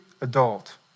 adult